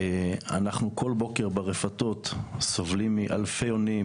אנחנו כל בוקר ברפתות סובלים מאלפי יונים